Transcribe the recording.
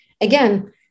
again